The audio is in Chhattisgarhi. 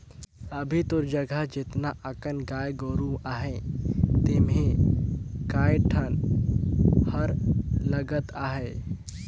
अभी तोर जघा जेतना अकन गाय गोरु अहे तेम्हे कए ठन हर लगत अहे